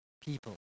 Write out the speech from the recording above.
people